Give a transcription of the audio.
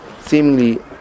seemingly